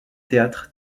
théâtre